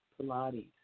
Pilates